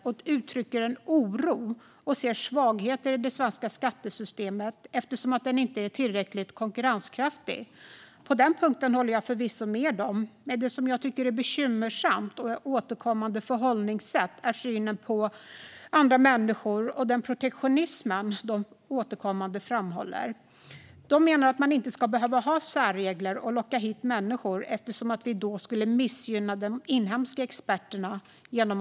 De uttrycker en oro över och ser svagheter i det svenska skattesystemet eftersom det inte är tillräckligt konkurrenskraftigt. På den punkten håller jag förvisso med dem, men det jag tycker är bekymmersamt och ett återkommande förhållningssätt är synen på andra människor och den protektionism de återkommande framhåller. De menar att man inte ska behöva ha särregler och locka hit människor eftersom vi skulle missgynna de inhemska experterna genom att locka hit andra.